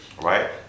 right